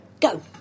go